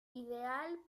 ideal